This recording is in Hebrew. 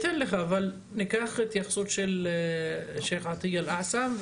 נעבור להתייחסות של עטיה אל עאסם.